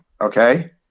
okay